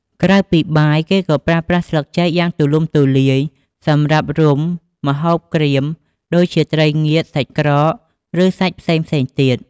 ក្រៅពីបាយ គេក៏ប្រើប្រាស់ស្លឹកចេកយ៉ាងទូលំទូលាយសម្រាប់រុំ ម្ហូបក្រៀម ដូចជា ត្រីងៀត សាច់ក្រក ឬសាច់ផ្សេងៗទៀត។